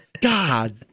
God